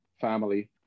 family